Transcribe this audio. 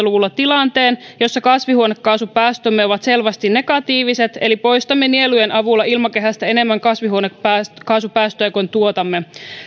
luvulla tilanteen jossa kasvihuonekaasupäästömme ovat selvästi negatiiviset eli poistamme nielujen avulla ilmakehästä enemmän kasvihuonekaasupäästöjä kuin tuotamme